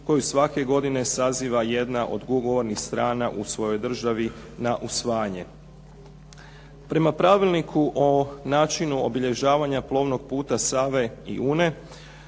koju svake godine saziva jedna od ugovornih strana u svojoj državi na usvajanje. Prema pravilniku o načinu obilježavanja plovnog puta Save i Une,